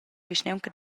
vischnaunca